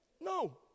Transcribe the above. No